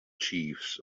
chiefs